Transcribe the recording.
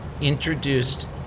introduced